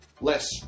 less